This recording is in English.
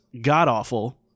god-awful